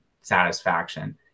satisfaction